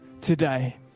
today